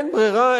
אין ברירה,